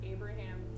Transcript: Abraham